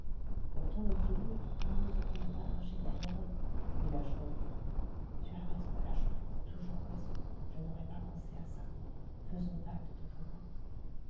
otons nos souliers ils ne nous entendront pas marcher derrière eux dit la chouette tu as raison la chouette toujours raison je n'aurais pas pensé à ça faisons patte de velours